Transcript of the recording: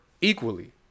equally